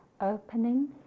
opening